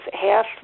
half